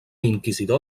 inquisidor